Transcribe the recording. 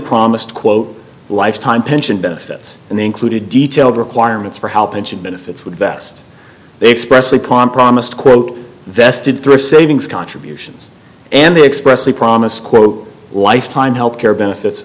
promised quote lifetime pension benefits and they included detailed requirements for help and she benefits would vest they express upon promised quote vested thrift savings contributions and they expressed the promise quote lifetime health care benefits